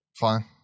Fine